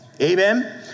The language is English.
Amen